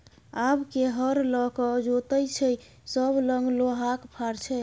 आब के हर लकए जोतैय छै सभ लग लोहाक फार छै